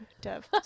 Dev